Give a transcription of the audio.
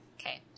Okay